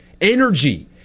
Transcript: Energy